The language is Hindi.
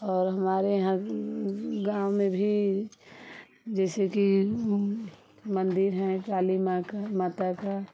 और हमारे यहाँ गाँव में भी जैसे कि मंदिर हैं काली माँ का माता का